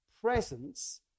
Presence